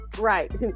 Right